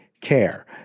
care